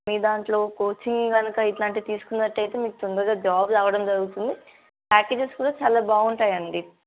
మీరు దాంట్లో కోచింగ్ కనుక ఇలాంటివి తీసుకున్నట్టు అయితే మీకు తొందరగా జాబ్ రావడం జరుగుతుంది ప్యాకేజెస్ కూడా చాలా బాగుంటాయి అండి